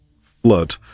flood